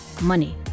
money